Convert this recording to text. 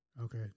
Okay